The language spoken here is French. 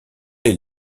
les